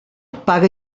paga